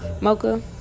Mocha